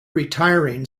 retiring